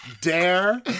Dare